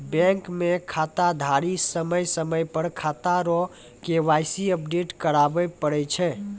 bank मे खाताधारी समय समय पर खाता रो के.वाई.सी अपडेट कराबै पड़ै छै